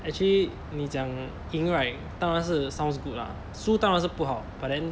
actually 你讲赢 right 当然是 sounds good ah 输当然是不好 but then